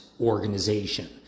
organization